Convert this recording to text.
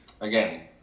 Again